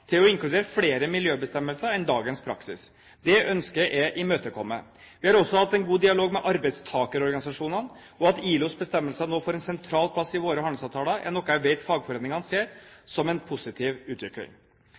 til å inkludere flere miljøbestemmelser enn dagens praksis. Det ønsket er imøtekommet. Vi har også hatt en god dialog med arbeidstakerorganisasjonene, og det at ILOs bestemmelser nå får en sentral plass i våre handelsavtaler, er noe jeg vet fagforeningene ser på som en positiv utvikling.